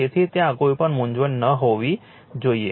તેથી ત્યાં કોઈપણ મૂંઝવણ ન હોવી જોઈએ